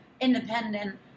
independent